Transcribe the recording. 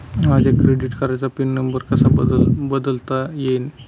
माझ्या क्रेडिट कार्डचा PIN number कसा बदलता येईल?